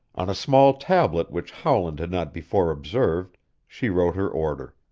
on a small tablet which howland had not before observed she wrote her order.